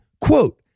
quote